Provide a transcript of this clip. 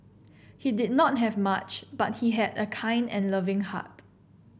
he did not have much but he had a kind and loving heart